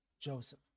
Joseph